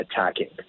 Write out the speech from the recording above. attacking